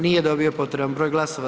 Nije dobio potreban broj glasova.